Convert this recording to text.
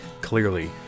clearly